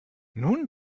nun